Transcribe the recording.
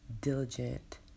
diligent